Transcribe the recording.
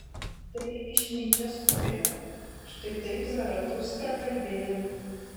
tai iš nyčės kūrinio štai taip zaratustra kalbėjo